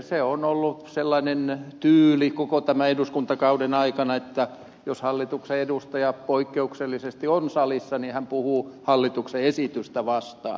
se on ollut sellainen tyyli koko tämän eduskuntakauden ajan että jos hallituksen edustaja poikkeuksellisesti on salissa hän puhuu hallituksen esitystä vastaan